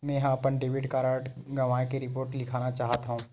मेंहा अपन debit card गवाए के रिपोर्ट लिखना चाहत हव